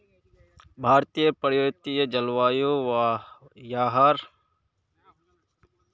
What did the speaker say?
भारतेर पर्वतिये जल्वायुत याहर खेती कराल जावा सकोह